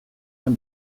zen